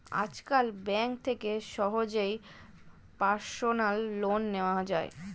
আজকাল ব্যাঙ্ক থেকে সহজেই পার্সোনাল লোন নেওয়া যায়